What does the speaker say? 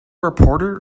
reporter